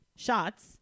Shots